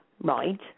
right